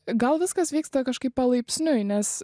gal viskas vyksta kažkaip palaipsniui nes